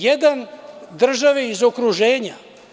Jedan su države iz okruženja.